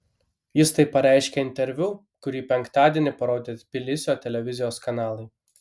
jis tai pareiškė interviu kurį penktadienį parodė tbilisio televizijos kanalai